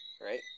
right